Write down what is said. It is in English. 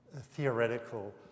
theoretical